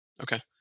Okay